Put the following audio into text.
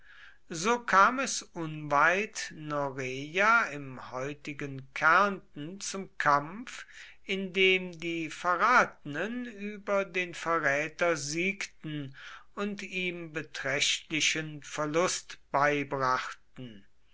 so kam es unweit noreia im heutigen kärnten zum kampf in dem die verratenen über den verräter siegten und ihm beträchtlichen verlust beibrachten